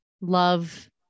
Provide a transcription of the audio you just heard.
love